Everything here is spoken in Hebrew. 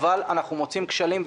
אבל אנחנו מוצאים כשלים,